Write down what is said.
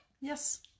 Yes